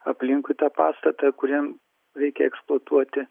aplinkui tą pastatą kuriam reikia eksploatuoti